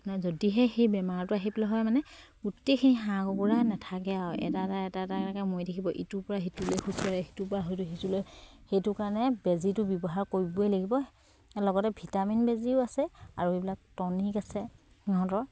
যদিহে সেই বেমাৰটো আহিবলৈ হয় মানে গোটেই খিনি হাঁহ কুকুৰা নেথাকে আও এটা এটা এটা এটা এনেকে মৰি থাকিব ইটোৰ পৰা সিটোলৈ সোঁচৰে সিটোৰ পৰা হয়তো সিটোলৈ সেইটো কাৰণে বেজীটো ব্যৱহাৰ কৰিবই লাগিব লগতে ভিটামিন বেজীও আছে আৰু এইবিলাক টনিক আছে সিহঁতৰ